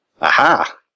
Aha